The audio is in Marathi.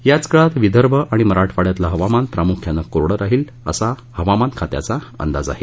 याच काळात विदर्भ आणि मराठवाङ्यातलं हवामान प्रामुख्याने कोरडं राहील असा हवामान खात्याचा अंदाज आहे